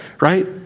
Right